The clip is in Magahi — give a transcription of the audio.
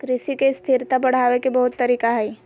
कृषि के स्थिरता बढ़ावे के बहुत तरीका हइ